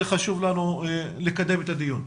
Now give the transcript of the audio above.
זה חשוב לנו כדי לקדם את הדיון.